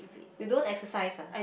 you don't exercise ah